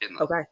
Okay